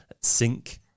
sync